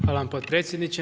Hvala vam potpredsjedniče.